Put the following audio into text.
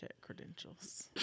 credentials